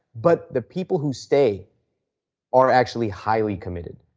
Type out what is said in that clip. but, the people who stay are actually highly committed.